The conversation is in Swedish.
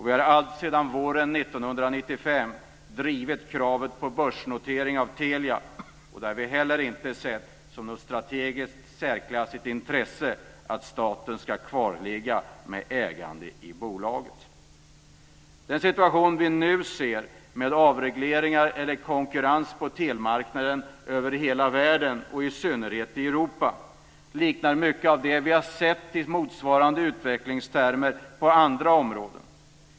Vi har alltsedan våren 1995 drivit kravet på börsnotering av Telia, och då har vi inte sett som något strategiskt intresse att staten ska kvarstå med ägande i bolaget. Den situation som vi nu ser med avregleringar och konkurrens på telemarknaden i hela världen, och i synnerhet i Europa, liknar mycket det som vi har sett i motsvarande utvecklingstermer på andra områden.